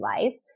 life